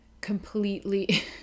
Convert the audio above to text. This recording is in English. completely